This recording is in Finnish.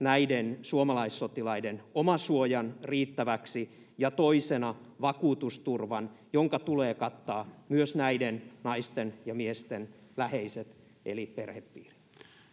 näiden suomalaissotilaiden omasuojan riittäväksi ja toisena vakuutusturvan, jonka tulee kattaa myös näiden naisten ja miesten läheiset eli perhepiiri.